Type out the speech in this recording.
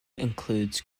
includes